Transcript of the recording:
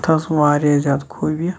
اتھ ٲسۍ واریاہ زیادٕ خوٗبِیہِ